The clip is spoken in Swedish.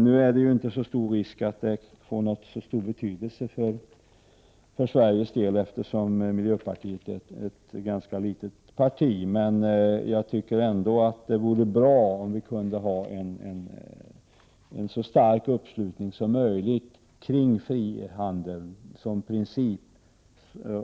Nu är det ju inte så stor risk för att det får betydelse för Sveriges del, eftersom miljöpartiet är ett ganska litet parti, men jag tycker ändå att det vore bra om vi kunde ha en så stark uppslutning som möjligt kring frihandeln som princip